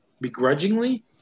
begrudgingly